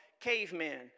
cavemen